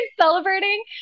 celebrating